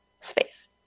space